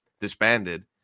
disbanded